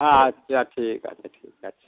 আচ্ছা ঠিক আছে ঠিক আছে